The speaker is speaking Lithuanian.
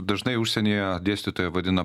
dažnai užsienyje dėstytoją vadina